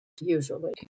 usually